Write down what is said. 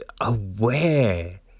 aware